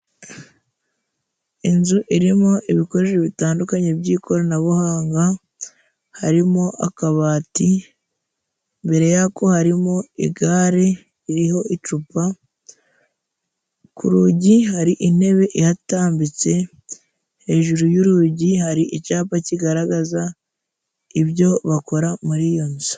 Inzu irimo ibikoresho bitandukanye by'ikoranabuhanga harimo akabati mbere yako harimo igare ririho icupa ku rugi hari intebe ihatambitse hejuru y'urugi hari icyapa kigaragaza ibyo bakora muri iyo nzu.